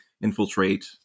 infiltrate